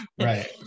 Right